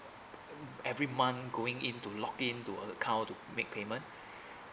every month going in to log in to account to make payment